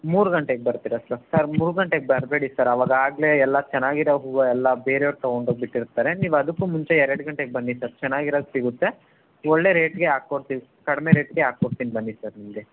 ಮೂರು ಗಂಟೆಗೆ ಬರ್ತಿರಾ ಸರ್ ಸರ್ ಮೂರು ಗಂಟೆಗೆ ಬರಬೇಡಿ ಸರ್ ಅವಗಾಗಲೆ ಎಲ್ಲ ಚೆನ್ನಾಗಿರೋ ಹೂವ ಎಲ್ಲ ಬೇರೆ ಅವ್ರು ತಗೊಂಡು ಹೋಗಿ ಬಿಟ್ಟಿರ್ತಾರೆ ನೀವು ಅದಕ್ಕು ಮುಂಚೆ ಎರಡು ಗಂಟೆಗೆ ಬನ್ನಿ ಸರ್ ಚೆನ್ನಾಗಿರೋದು ಸಿಗುತ್ತೆ ಒಳ್ಳೇ ರೇಟಿಗೆ ಹಾಕೊಡ್ತೀನಿ ಕಡಿಮೆ ರೇಟಿಗೆ ಹಾಕೊಡ್ತೀನ್ ಬನ್ನಿ ಸರ್ ನಿಮಗೆ